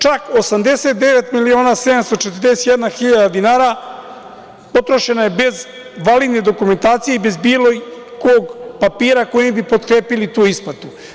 Čak 89.741.000 dinara potrošeno je bez validne dokumentacije i bez bilo kog papira koji bi potkrepili tu isplatu.